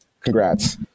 Congrats